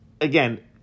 again